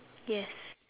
yes